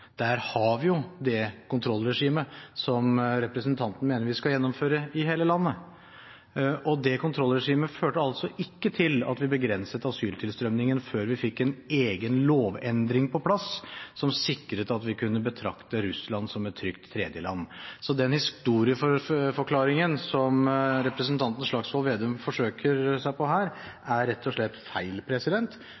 der har vi jo det kontrollregimet som representanten mener vi skal gjennomføre i hele landet. Det kontrollregimet førte altså ikke til at vi begrenset asyltilstrømningen før vi fikk en egen lovendring på plass, som sikret at vi kunne betrakte Russland som et trygt tredjeland. Så den historieforklaringen som representanten Slagsvold Vedum forsøker seg på her,